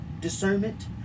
discernment